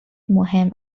مهم